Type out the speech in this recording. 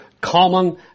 common